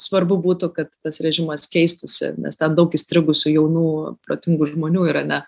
svarbu būtų kad tas režimas keistųsi nes ten daug įstrigusių jaunų protingų žmonių irane